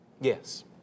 Yes